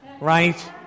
Right